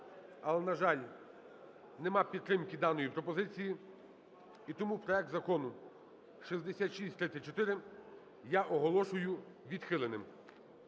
але, на жаль, немає підтримки даної пропозиції. І тому проект Закону 6634 я оголошую відхиленим.